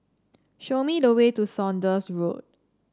show me the way to Saunders Road